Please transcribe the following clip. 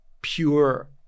pure